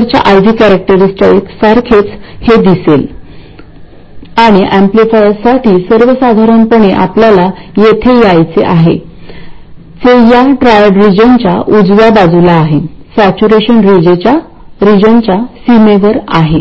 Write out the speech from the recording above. च्या परिणामाची भरपाई करण्यासाठी आपोआप उच्च VGS वर बायस होईल